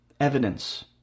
evidence